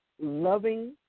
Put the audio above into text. loving